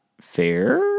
fair